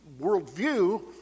worldview